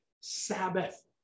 Sabbath